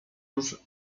już